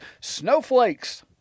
Snowflakes